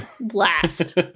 Blast